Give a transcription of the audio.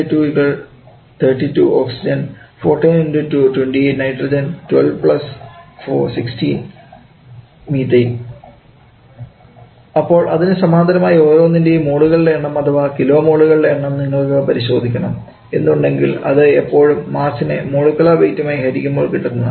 16 × 2 32 🡪 O2 14 × 2 28 🡪 N2 12 4 16 🡪 CH4 അപ്പോൾ അതിനു സമാന്തരമായി ഓരോന്നിൻറെയും മോളുകളുടെ എണ്ണം അഥവാ കിലോ മോളുകളുടെ എണ്ണം നിങ്ങൾക്ക്പരിശോധിക്കണം എന്നുണ്ടെങ്കിൽ അത് എപ്പോഴും മാസിനെ മോളിക്കുലർ വെയിറ്റുമായി ഹരിക്കുമ്പോൾകിട്ടുന്നതാണ്